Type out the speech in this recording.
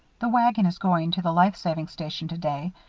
the wagon is going to the life-saving station today.